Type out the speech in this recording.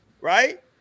right